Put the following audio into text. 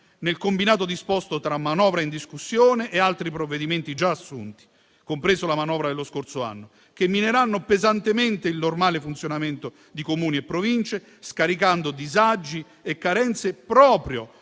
nel combinato disposto tra manovra in discussione e altri provvedimenti già assunti, compreso la manovra dello scorso anno, che mineranno pesantemente il normale funzionamento di Comuni e Province, scaricando disagi e carenze proprio